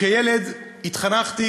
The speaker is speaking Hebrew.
כילד התחנכתי